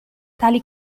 tali